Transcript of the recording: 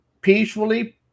peacefully